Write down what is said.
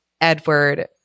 Edward